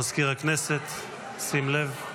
מזכיר הכנסת, שים לב.